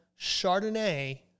Chardonnay